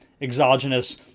exogenous